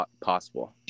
possible